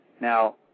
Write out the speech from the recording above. Now